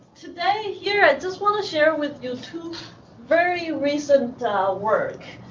today, here, i just want to share with you two very recent work.